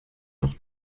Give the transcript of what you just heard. noch